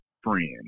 friend